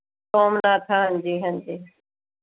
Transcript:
ਸੋਮਨਾਥ ਹਾਂਜੀ ਹਾਂਜੀ